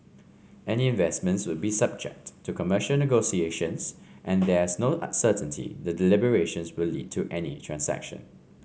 any investments would be subject to commercial negotiations and there's no certainty the deliberations will lead to any transaction